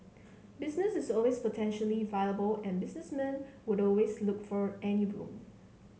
business is always potentially viable and businessmen will always look for any room